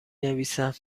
نویسم